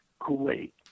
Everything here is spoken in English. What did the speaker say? kuwait